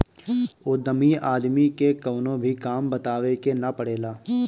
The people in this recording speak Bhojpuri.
उद्यमी आदमी के कवनो भी काम बतावे के ना पड़ेला